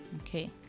okay